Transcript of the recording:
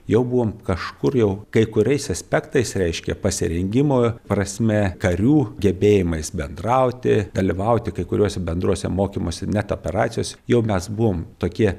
jau buvom kažkur jau kai kuriais aspektais reiškia pasirengimo prasme karių gebėjimais bendrauti dalyvauti kai kuriuose bendruose mokymuose net operacijose jau mes buvom tokie